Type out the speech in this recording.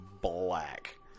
black